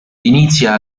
inizia